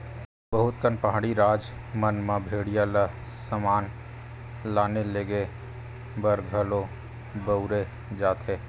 बहुत कन पहाड़ी राज मन म भेड़िया ल समान लाने लेगे बर घलो बउरे जाथे